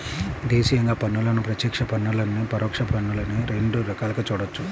దేశీయంగా పన్నులను ప్రత్యక్ష పన్నులనీ, పరోక్ష పన్నులనీ రెండు రకాలుగా చూడొచ్చు